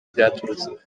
byaturutse